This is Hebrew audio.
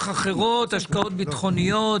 אחרות, השקעות ביטחוניות.